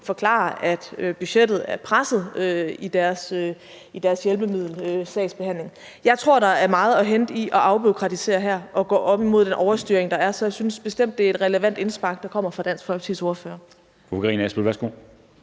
at budgettet er presset i deres hjælpemiddelsagsbehandling. Jeg tror, at der er meget at hente i at afbureaukratisere her og gå op imod den overstyring, der er, så jeg synes bestemt, det er et relevant indspark, der kommer fra Dansk Folkepartis ordfører.